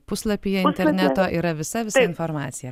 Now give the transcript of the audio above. puslapyje interneto yra visa visa informacija